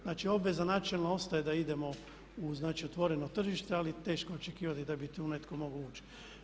Znači, obveza načelno ostaje da idemo u otvoreno tržište ali teško je očekivati da bi tu netko mogao ući.